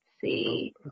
see